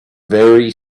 very